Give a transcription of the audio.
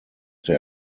der